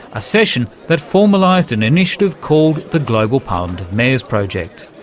a session that formalised an initiative called the global parliament of mayors project.